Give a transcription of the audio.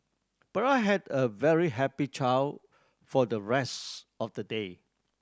but I had a very happy child for the rest of the day